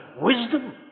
wisdom